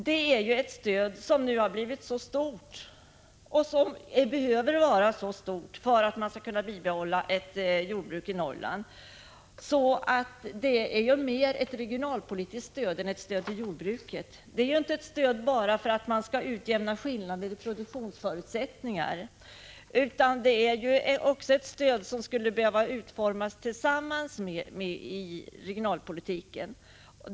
Det är ett stöd som nu har blivit stort och som behöver vara stort för att man skall kunna bibehålla ett jordbruk i Norrland. Det är mer ett regionalpolitiskt stöd än ett stöd till jordbruket. Det är inte ett stöd bara för att utjämna skillnader i produktionsförutsättningar, utan det är ett stöd som skulle behöva utformas i samband med regionalpolitiken.